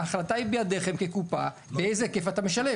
ההחלטה היא בידיכם כקופה באיזה היקף אתה משלב.